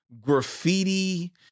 graffiti